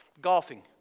Golfing